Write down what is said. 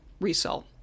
resell